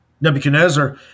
Nebuchadnezzar